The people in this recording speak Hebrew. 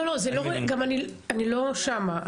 לא, אני לא שם.